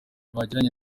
bagiranye